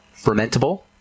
fermentable